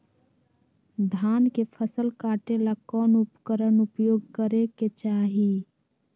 धान के फसल काटे ला कौन उपकरण उपयोग करे के चाही?